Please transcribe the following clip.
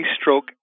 stroke